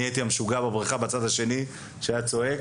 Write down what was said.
אני הייתי המשוגע בבריכה בצד השני כשהיה צועק